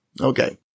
Okay